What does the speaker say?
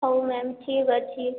ହଉ ମ୍ୟାମ୍ ଠିକ୍ ଅଛି